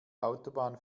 autobahn